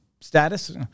status